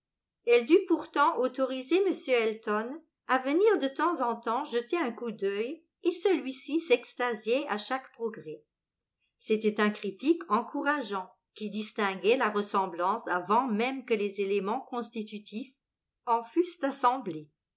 elle dut pourtant autoriser m elton à venir de temps en temps jeter un coup d'œil et celui-ci s'extasiait à chaque progrès c'était un critique encourageant qui distinguait la ressemblance avant même que les éléments constitutifs en fussent assemblés